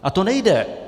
A to nejde!